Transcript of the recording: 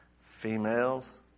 females